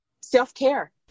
self-care